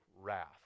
wrath